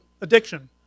Addiction